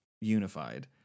unified